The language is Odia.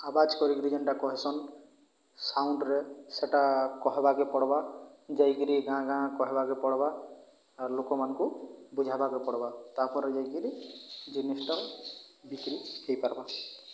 ଆବାଜ କରିକରି ଯେଉଁଟା କହେସନ୍ ସାଉଣ୍ଡରେ ସେଇଟା କହିବାକୁ ପଡ଼ିବ ଯାଇକରି ଗାଁ ଗାଁ କହିବାକୁ ପଡ଼ିବ ଆର୍ ଲୋକମାନଙ୍କୁ ବୁଝାଇବାକୁ ପଡ଼ିବ ତା'ପରେ ଯାଇକରି ଜିନିଷଟା ବିକ୍ରିହୋଇପାରିବ